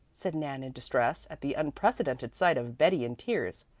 said nan in distress, at the unprecedented sight of betty in tears.